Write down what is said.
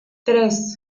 tres